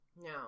No